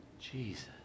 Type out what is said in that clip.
Jesus